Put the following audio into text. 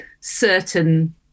certain